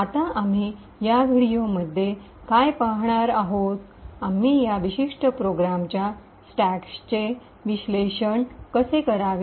आता आम्ही या व्हिडिओमध्ये काय पाहणार आहोत आम्ही या विशिष्ट प्रोग्रामच्या स्टॅकचे विश्लेषण कसे करावे